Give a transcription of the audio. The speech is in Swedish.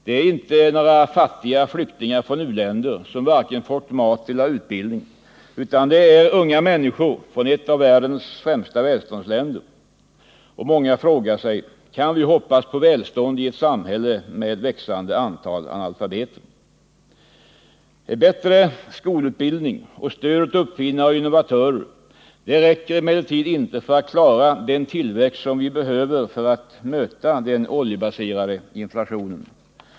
De är inte några fattiga flyktingar från u-länder som varken fått mat eller utbildning, utan de är unga människor från ett av världens främsta välståndsländer. Många frågar sig: Kan vi hoppas på välstånd i ett samhälle med ett växande antal analfabeter? Bättre skolutbildning och stöd åt uppfinnare och innovatörer räcker emellertid inte för att klara den tillväxt som vi behöver för att möta den oljebaserade inflationen.